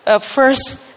first